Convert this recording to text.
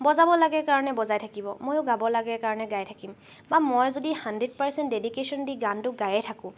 বজাব লাগে কাৰণে বজাই থাকিব ময়ো গাব লাগে কাৰণে গাই থাকিম বা মই যদি হাণ্ড্ৰেড পাৰচেন্ট ডেডিকেশ্য়ন দি গানটো গায়ে থাকোঁ